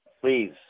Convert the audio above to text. please